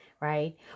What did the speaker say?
right